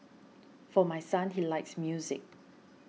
for my son he likes music